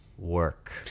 work